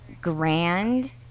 grand